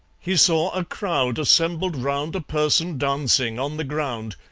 he saw a crowd assembled round a person dancing on the ground,